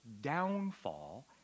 downfall